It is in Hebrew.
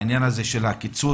העניין הזה של הקיצוץ